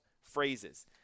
phrases